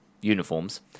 uniforms